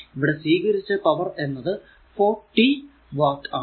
ഇവിടെ സ്വീകരിച്ച പവർ എന്നത് 40 വാട്ട് ആണ്